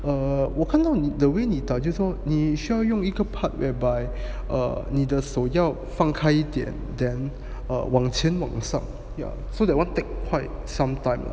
err 我看到你 the way 你打就说你需要用一个 part whereby err 你的手要放开一点 then err 往前往上 so that one take quite some time lah